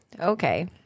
Okay